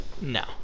No